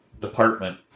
department